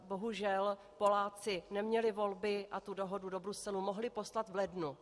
Bohužel Poláci neměli volby a tu dohodu do Bruselu mohli poslat v lednu.